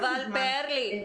פאר לי,